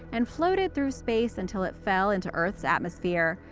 and floated through space until it fell into earth's atmosphere.